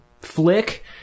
flick